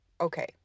okay